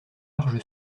large